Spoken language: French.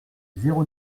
zéro